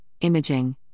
imaging